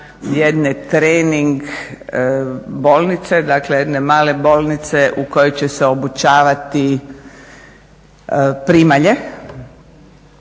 jedne trening bolnice dakle jedne male bolnice u kojoj će se obučavati primalje.